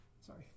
Sorry